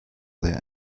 there